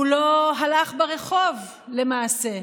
הוא לא הלך ברחוב, למעשה,